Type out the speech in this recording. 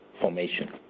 formation